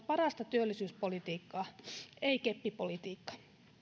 parasta työllisyyspolitiikkaa ei keppipolitiikka